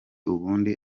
ubundi